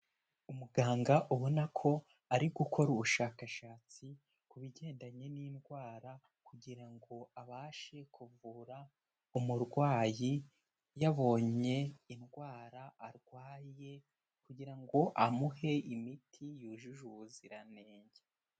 Umuganga ubona ko ari gukora ubushakashatsi ku bigendanye n'indwara kugira ngo abashe kuvura umurwayi yabonye indwara arwaye, kugira ngo amuhe imiti yujuje ubuziranenge.